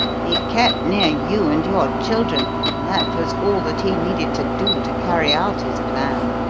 he kept near you and your children that was all that he needed to do to carry out his plan.